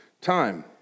time